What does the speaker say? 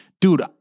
Dude